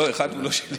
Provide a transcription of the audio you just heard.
לא, אחד הוא לא שלי.